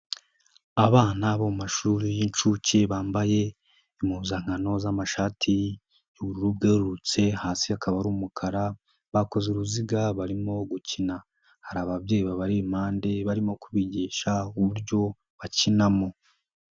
Abana bo mu mashuri y'inshuke bambaye impuzankano z'amashati y'ubururu bwerurutse hasi akaba ari umukara, bakoze uruziga barimo gukina. Hari ababyeyi babari impande barimo kubigisha uburyo bakinamo.